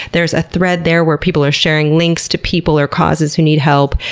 there's a thread there where people are sharing links to people or causes who need help.